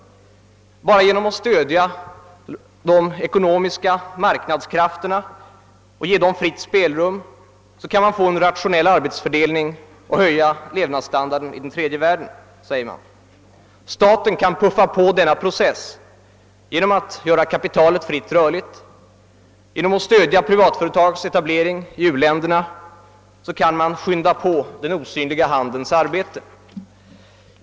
Bara genom att stödja de ekonomiska marknadskrafterna och ge dem fritt spelrum kan man få en rationell arbetsfördelning och höja levnadsstandarden i den tredje världen, säger man. Staten kan puffa på denna process genom att göra kapitalet fritt rörligt. Genom att stödja privatföretagens etablering i u-länderna kan man skynda på den osynliga handens arbete.